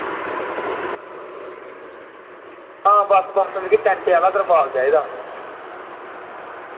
हां बस बस मिगी टैंटे आह्ला तरपाल चाहिदा